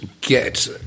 get